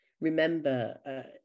remember